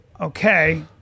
okay